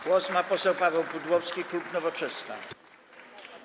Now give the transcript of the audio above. Głos ma poseł Paweł Pudłowski, klub Nowoczesna.